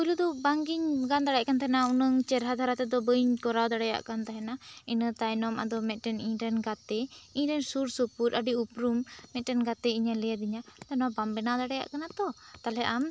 ᱯᱩᱭᱞᱩ ᱫᱚ ᱵᱟᱝ ᱜᱮᱧ ᱜᱟᱱ ᱫᱟᱲᱮᱭᱟᱜ ᱠᱟᱱ ᱛᱟᱦᱮᱱᱟ ᱩᱱᱟᱹᱝ ᱪᱮᱦᱨᱟ ᱫᱷᱟᱨᱟ ᱛᱮ ᱫᱚᱹᱧ ᱵᱟᱹᱧ ᱠᱚᱨᱟᱣ ᱫᱟᱲᱮᱭᱟᱜ ᱠᱟᱱ ᱛᱟᱦᱮᱱᱟ ᱤᱱᱟᱹ ᱛᱟᱭᱚᱢ ᱟᱫᱚ ᱤᱧ ᱨᱮᱱ ᱢᱤᱫ ᱴᱮᱱ ᱜᱟᱛᱮ ᱤᱧ ᱨᱮᱱ ᱥᱩᱨ ᱥᱩᱯᱩᱨ ᱟᱹᱰᱤ ᱩᱯᱩᱨᱩᱢ ᱢᱤᱫ ᱴᱮᱱ ᱜᱟᱛᱮ ᱤᱧ ᱮ ᱞᱟᱹᱭ ᱟᱫᱤᱧᱟᱹ ᱱᱚᱣᱟ ᱵᱟᱢ ᱵᱮᱱᱟᱣ ᱫᱟᱲᱮᱭᱟᱜ ᱠᱟᱱᱟ ᱛᱚ ᱛᱟᱦᱞᱮ ᱟᱢ